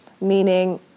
meaning